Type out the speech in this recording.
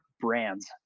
brands